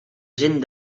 gent